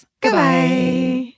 Goodbye